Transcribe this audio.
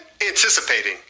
anticipating